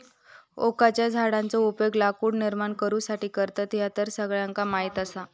ओकाच्या झाडाचो उपयोग लाकूड निर्माण करुसाठी करतत, ह्या तर सगळ्यांका माहीत आसा